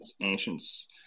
ancients